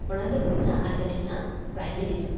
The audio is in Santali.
ᱚᱱᱟ ᱫᱚ ᱦᱩᱭᱮᱱᱟ ᱟᱞᱮ ᱴᱷᱮᱱᱟᱜ ᱯᱮᱨᱟᱭᱢᱟᱨᱤ ᱤᱥᱠᱩᱞ